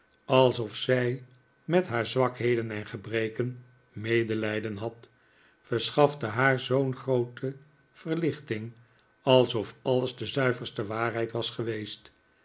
alsof zij met haar zwakheden en gebreken medelijden had verschafte haar zoo'n groote verlichting alsof alles de zuiverste waarheid was geweest